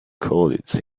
college